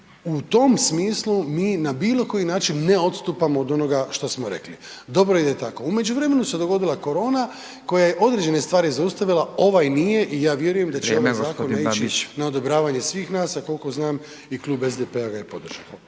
u tom smislu mi na bilo koji način ne odstupamo od onoga što smo rekli. Dobro je da je tako. U međuvremenu se dogodila korona koja je određene stvari zaustavila, ovaj nije i ja vjerujem da će .../Upadica: Vrijeme g. Babić./... ovaj zakon ići na odobravanje svih nas, a koliko znam i Klub SDP-a ga je podržao.